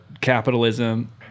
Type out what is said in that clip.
capitalism